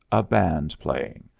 a band playing,